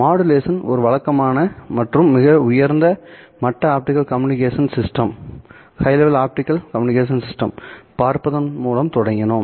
modulation ஒரு வழக்கமான மற்றும் மிக உயர்ந்த மட்ட ஆப்டிகல் கம்யூனிகேஷன் சிஸ்டம் பார்ப்பதன் மூலம் தொடங்கினோம்